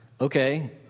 Okay